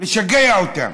לשגע אותם.